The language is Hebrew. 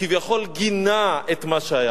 כביכול גינה את מה שהיה.